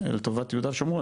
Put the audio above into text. לטובת יהודה ושומרון.